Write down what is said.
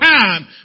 time